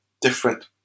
different